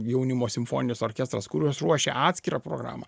jaunimo simfoninis orkestras kur juos ruošia atskirą programą